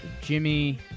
Jimmy